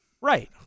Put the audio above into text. right